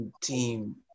team